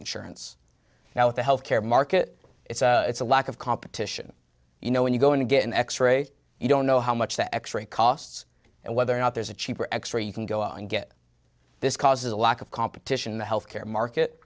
insurance now with the health care market it's a it's a lack of competition you know when you go in to get an x ray you don't know how much the x ray costs and whether or not there's a cheaper x ray you can go and get this causes a lack of competition in the health care market